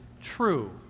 TRUE